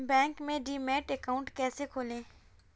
Bank में demat account कैसे खोलें?